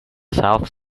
south